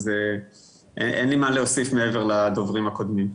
אז אין לי מה להוסיף מעבר לדוברים הקודמים.